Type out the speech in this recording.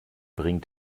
bringt